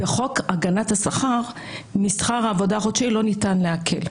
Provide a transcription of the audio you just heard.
בחוק הגנת השכר לא ניתן לעקל את שכר העבודה החודשי.